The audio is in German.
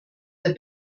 der